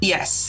Yes